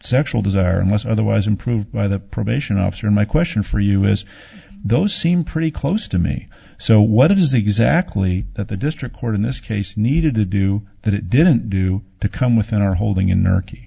sexual desire unless otherwise improved by the probation officer in my question for us those seem pretty close to me so what is exactly that the district court in this case needed to do that it didn't do to come within o